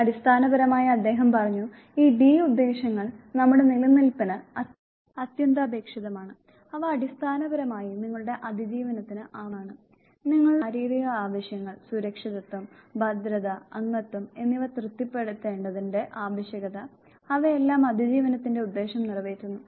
അടിസ്ഥാനപരമായി അദ്ദേഹം പറഞ്ഞു ഈ ഡി ഉദ്ദേശ്യങ്ങൾ നമ്മുടെ നിലനിൽപ്പിന് അത്യന്താപേക്ഷിതമാണ് അവ അടിസ്ഥാനപരമായി നിങ്ങളുടെ അതിജീവനത്തിന് ആവശ്യമാണ് നിങ്ങളുടെ ശാരീരിക ആവശ്യങ്ങൾ സുരക്ഷതത്വം ഭദ്രത അംഗത്വം എന്നിവ തൃപ്തിപ്പെടുത്തേണ്ടതിന്റെ ആവശ്യകത അവയെല്ലാം അതിജീവനത്തിന്റെ ഉദ്ദേശ്യം നിറവേറ്റുന്നു